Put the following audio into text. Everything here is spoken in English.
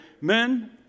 men